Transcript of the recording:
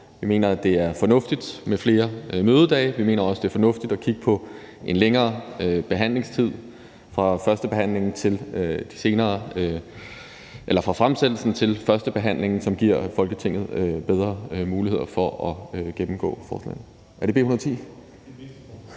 Vi mener, at det er fornuftigt med flere mødedage. Vi mener også, det er fornuftigt at kigge på en længere behandlingstid fra fremsættelsen til førstebehandlingen, hvilket giver Folketinget bedre muligheder for at gennemgå forslag. Er det her